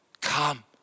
Come